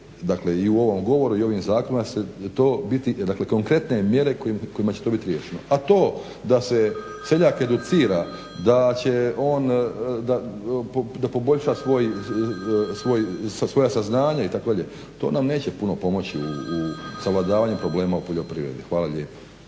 dakle i u ovom govoru i u ovim zakonima to biti, dakle konkretne mjere kojima će to biti riješeno. A to da se seljak educira da poboljša svoja saznanja itd. to nam neće puno pomoći u savladavanju problema u poljoprivredi. Hvala lijepo.